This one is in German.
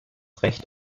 recht